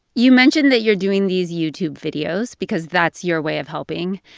you mentioned that you're doing these youtube videos because that's your way of helping.